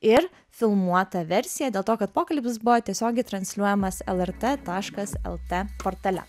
ir filmuotą versiją dėl to kad pokalbis buvo tiesiogiai transliuojamas lrt taškas lt portale